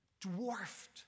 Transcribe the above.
dwarfed